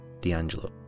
D'Angelo